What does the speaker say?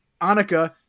Annika